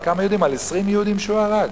על כמה יהודים, על 20 יהודים שהוא הרג?